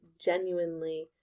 genuinely